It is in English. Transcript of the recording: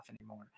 anymore